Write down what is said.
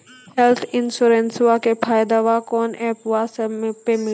Health इंश्योरेंसबा के फायदावा कौन से ऐपवा पे मिली?